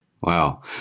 Wow